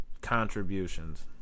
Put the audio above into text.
contributions